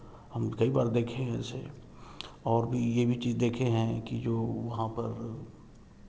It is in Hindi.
हम कई बार देखें हैं ऐसे और भी यह भी चीज़ देखे हैं कि जो वहाँ पर